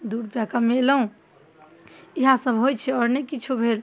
दुइ रुपैआ कमेलहुँ इएहसब होइ छै आओर नहि किछु भेल